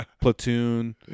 Platoon